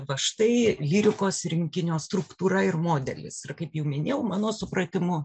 va štai lyrikos rinkinio struktūra ir modelis ir kaip jau minėjau mano supratimu